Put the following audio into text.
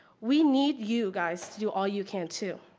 we need you guys to do all you can, too.